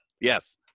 Yes